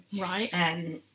Right